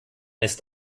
ist